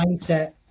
Mindset